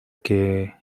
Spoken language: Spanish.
que